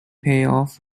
playoff